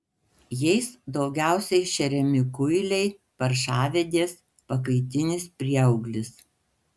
jais daugiausiai šeriami kuiliai paršavedės pakaitinis prieauglis